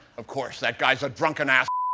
of course. that guy's a drunken ah